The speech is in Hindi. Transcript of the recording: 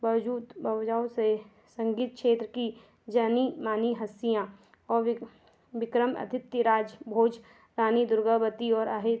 मौजूद बवुजाओं से संगीत क्षेत्र की जानी मानी हस्तियाँ और विक्रमादित्य राजभोज रानी दुर्गवाती और अहिल्या